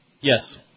Yes